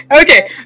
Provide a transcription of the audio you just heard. Okay